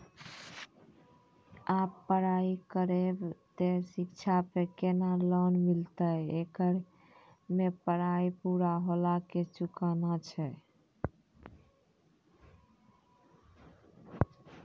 आप पराई करेव ते शिक्षा पे केना लोन मिलते येकर मे पराई पुरा होला के चुकाना छै?